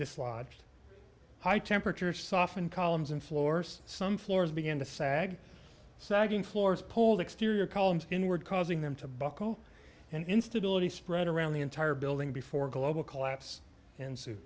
dislodged high temperature soften columns and floors some floors begin to sag sagging floors pulled exterior columns inward causing them to buckle and instability spread around the entire building before global collapse and soup